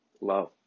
love